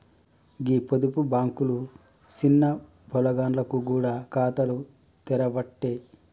గీ పొదుపు బాంకులు సిన్న పొలగాండ్లకు గూడ ఖాతాలు తెరవ్వట్టే